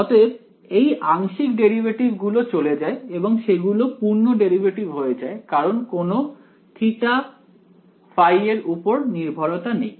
অতএব এই আংশিক ডেরিভেটিভ গুলো চলে যায় এবং সেগুলো পূর্ণ ডেরিভেটিভ হয়ে যায় কারণ কোন θ ϕ এর উপর নির্ভরতা নেই